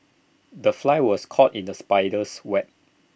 the fly was caught in the spider's web